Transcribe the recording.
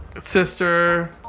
Sister